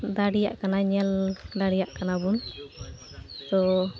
ᱫᱟᱲᱮᱭᱟᱜ ᱠᱟᱱᱟ ᱧᱮᱞ ᱫᱟᱲᱮᱭᱟᱜ ᱠᱟᱱᱟᱵᱚᱱ ᱛᱚ